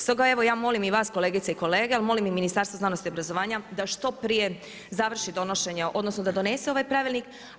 Stoga evo ja molim i vas kolegice i kolege, ali molim i Ministarstvo znanosti i obrazovanja da što prije završi donošenje, odnosno da donese ovaj pravilnik.